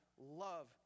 love